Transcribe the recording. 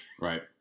Right